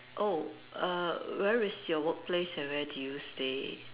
oh err where is your workplace and where do you stay